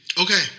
Okay